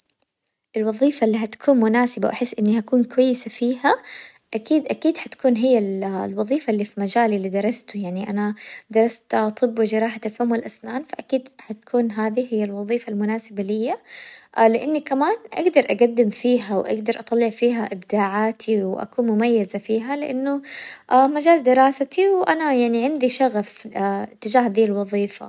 الوظيفة اللي حتكون مناسبة وأحس إني حكون كويسة فيها أكيد أكيد حتكون هي ال- الوظيفة اللي في مجالي اللي درسته يعني، أنا درست طب وجراحة الفم والأسنان فأكيد حتكون هذي هي الوظيفة المناسبة ليا، لأني كمان أقدر أقدم فيها وأقدر أطلع فيها إبداعاتي وأكون مميزة فيها لأنه مجال دراستي، وأنا يعني شغف ل- اتجاه دي الوظيفة.